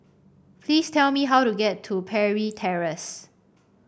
please tell me how to get to Parry Terrace